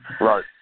Right